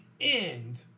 end